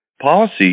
policy